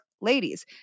ladies